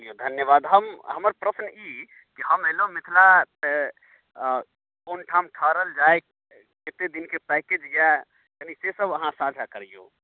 जी धन्यवाद हम हमर प्रश्न ई जे हम एलहुँ मिथिला कोन ठाम ठहरल जाय कते दिनके पैकेज यऽ कनी से सब अहाँ साँझा करिऔ